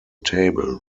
table